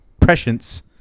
prescience